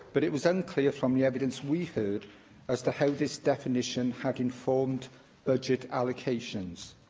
but it was unclear from the evidence we heard as to how this definition had informed budget allocations.